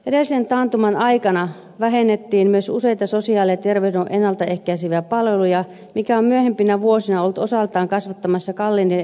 edellisen taantuman aikana vähennettiin myös useita sosiaali ja terveydenhuollon ennalta ehkäiseviä palveluja mikä on myöhempinä vuosina ollut osaltaan kasvattamassa kalliiden erityispalveluiden tarvetta